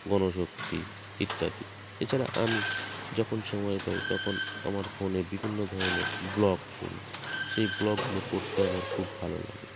গণশক্তি ইত্যাদি এছাড়া আমি যখন সময় পাই তখন আমার ফোনে বিভিন্ন ধরনের ব্লগ পড়ি সেই ব্লগগুলো পড়তে আমার খুব ভালো লাগে